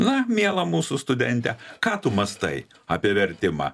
na miela mūsų studente ką tu mąstai apie vertimą